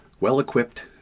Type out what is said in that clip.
well-equipped